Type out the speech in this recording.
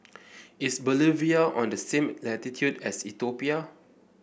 is Bolivia on the same latitude as Ethiopia